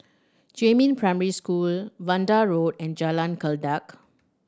Jiemin Primary School Vanda Road and Jalan Kledek